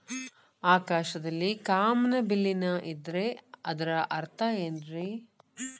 ಆಕಾಶದಲ್ಲಿ ಕಾಮನಬಿಲ್ಲಿನ ಇದ್ದರೆ ಅದರ ಅರ್ಥ ಏನ್ ರಿ?